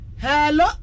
Hello